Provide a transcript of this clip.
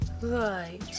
Right